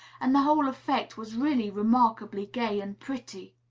and the whole effect was really remarkably gay and pretty.